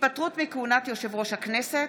התפטרות מכהונת יושב-ראש הכנסת.